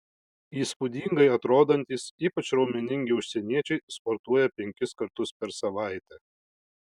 įspūdingai atrodantys ypač raumeningi užsieniečiai sportuoja penkis kartus per savaitę